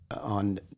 on